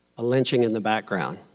a lynching in the background,